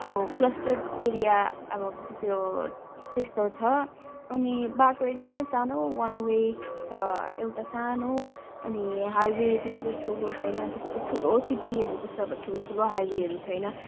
अब clustered area अब त्यो त्यस्तो छ अनि बाटो एकदमै सानो वानवे छ एउटा सानो अनि हाइवे त्यस्तो ठुलो छैन त्यस्तो ठुलो सिटीहरू जस्तो ठुल ठुलो हाइवेहरू छैन